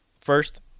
First